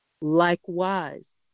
Likewise